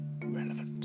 relevant